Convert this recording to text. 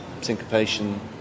syncopation